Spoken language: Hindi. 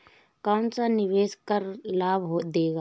कौनसा निवेश कर लाभ देता है?